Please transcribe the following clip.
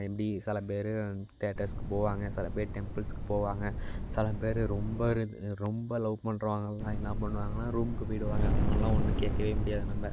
எப்படி சில பேர் தேட்டர்ஸுக்கு போவாங்க சில பேர் டெம்பிள்ஸுக்கு போவாங்க சில பேர் ரொம்ப ரொம்ப லவ் பண்ணுறவங்கள்லாம் என்ன பண்ணுவாங்கன்னா ரூமுக்கு போய்விடுவாங்க அவங்கள்லாம் ஒன்னும் கேட்கவே முடியாது நம்ம